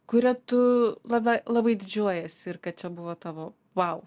kuria tu labai labai didžiuojuosi ir kad čia buvo tavo vau